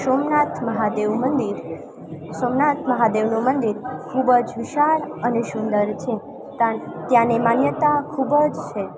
સોમનાથ મહાદેવ મંદિર સોમનાથ મહાદેવનું મંદિર ખૂબ જ વિશાળ અને સુંદર છે તાન ત્યાંની માન્યતા ખૂબ જ છે